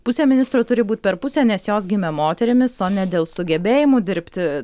pusė ministrų turi būti per pusę nes jos gimė moterimis o ne dėl sugebėjimų dirbti